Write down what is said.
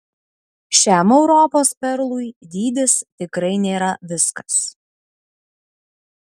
šiam europos perlui dydis tikrai nėra viskas